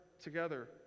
together